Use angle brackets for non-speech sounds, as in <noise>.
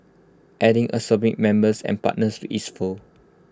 adding <unintelligible> members and partners to its fold